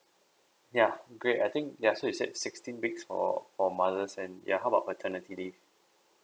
yeah great I think yeah so you said sixteen weeks for for mothers and yeah how about maternity leave